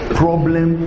problem